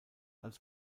als